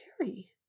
Cherry